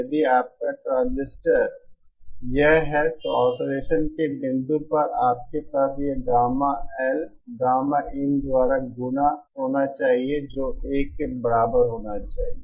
यदि आपका ट्रांजिस्टर यह है तो ऑसिलेसन के बिंदु पर आपके पास यह गामाL गामाin द्वारा गुणा होना चाहिए जो 1 के बराबर होना चाहिए